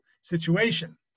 situation